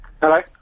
Hello